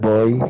Boy